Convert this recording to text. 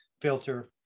filter